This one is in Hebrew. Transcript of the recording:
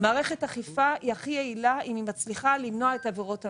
- היא הכי יעילה אם היא מצליחה למנוע את עבירות המס.